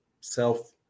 self